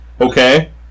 Okay